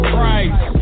Christ